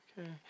Okay